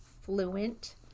fluent